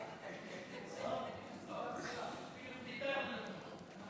אפילו קליטה לא נתנו לו.